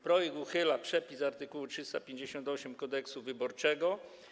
Projekt uchyla przepis art. 358 Kodeksu wyborczego.